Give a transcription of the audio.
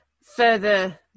further